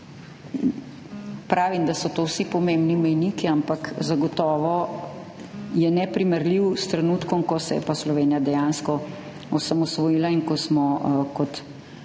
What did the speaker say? pravim, da so to vsi pomembni mejniki, ampak zagotovo so neprimerljivi s trenutkom, ko se je Slovenija dejansko osamosvojila in ko smo kot narod